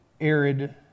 arid